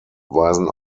weisen